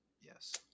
yes